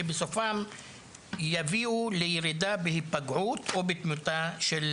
שבסופם יביאו לירידה בהיפגעות, או בתמותה של